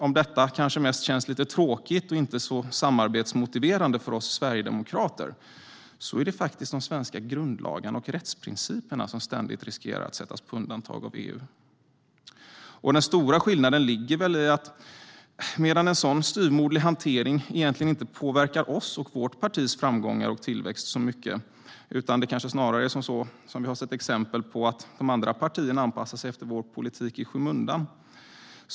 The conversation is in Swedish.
Om detta kanske mest känns lite tråkigt och inte så samarbetsmotiverande för oss sverigedemokrater är det faktiskt de svenska grundlagarna och rättsprinciperna som ständigt riskerar att sättas på undantag av EU. Den stora skillnaden ligger väl i att en sådan styvmoderlig hantering egentligen inte påverkar oss och vårt partis framgångar och tillväxt så mycket. Det kanske snarare är så, som vi har sett exempel på, att de andra partierna anpassar sig efter vår politik i skymundan.